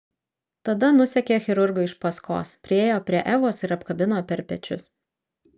tada nusekė chirurgui iš paskos priėjo prie evos ir apkabino per pečius